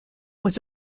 was